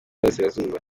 burasirazuba